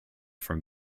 from